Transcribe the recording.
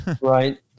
right